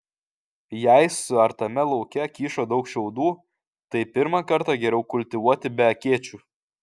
jei suartame lauke kyšo daug šiaudų tai pirmą kartą geriau kultivuoti be akėčių